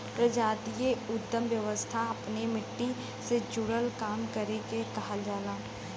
प्रजातीय उद्दम व्यवसाय अपने मट्टी से जुड़ल काम करे के कहल जाला